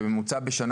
בממוצע בשנה